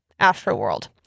Afterworld